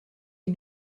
est